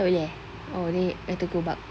tak boleh eh oh ni have to go back